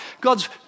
God's